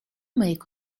make